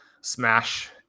smash